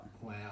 Wow